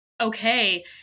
okay